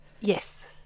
Yes